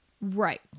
Right